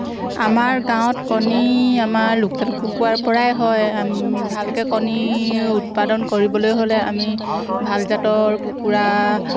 আমাৰ গাঁৱত কণী আমাৰ লোকেল কুকুৰাৰপৰাই হয় আমি ভালকৈ কণী উৎপাদন কৰিবলৈ হ'লে আমি ভাল জাতৰ কুকুৰা